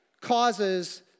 causes